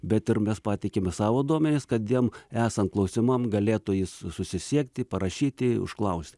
bet ir mes pateikiam savo duomenis kad jam esant klausimam galėtų jis susisiekti parašyti užklausti